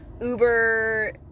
uber